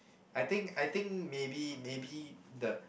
I think I think maybe maybe the